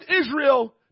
Israel